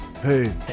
Hey